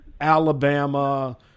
Alabama